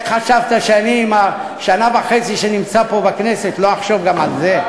שאני עם השנה וחצי שנמצא פה בכנסת לא אחשוב גם על זה?